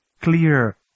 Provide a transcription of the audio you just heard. clear